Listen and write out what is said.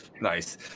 nice